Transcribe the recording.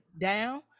down